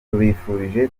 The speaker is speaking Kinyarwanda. tubifurije